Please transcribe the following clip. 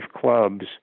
clubs